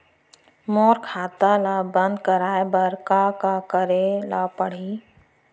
मोर खाता ल बन्द कराये बर का का करे ल पड़ही?